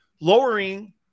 lowering